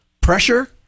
pressure